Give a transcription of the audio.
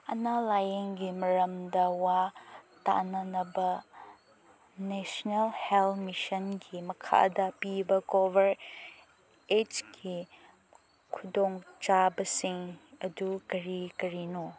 ꯑꯅꯥ ꯂꯥꯏꯌꯦꯡꯒꯤ ꯃꯔꯝꯗ ꯋꯥ ꯇꯥꯟꯅꯅꯕ ꯅꯦꯁꯅꯦꯜ ꯍꯦꯜ ꯃꯤꯁꯟꯒꯤ ꯃꯈꯥꯗ ꯄꯤꯕ ꯀꯣꯕꯔꯦꯖꯀꯤ ꯈꯨꯗꯣꯡ ꯆꯥꯕꯁꯤꯡ ꯑꯗꯨ ꯀꯔꯤ ꯀꯔꯤꯅꯣ